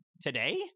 today